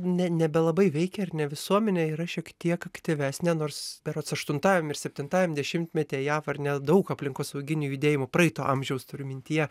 ne nebelabai veikia ar ne visuomenė yra šiek tiek aktyvesnė nors berods aštuntajam ir septintajam dešimtmetyje jav ar ne daug aplinkosauginių judėjimų praeito amžiaus turiu mintyje